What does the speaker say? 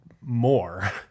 more